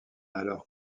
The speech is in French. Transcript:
alors